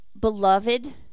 beloved